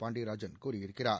பாண்டியராஜன் கூறியிருக்கிறார்